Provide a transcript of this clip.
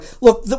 look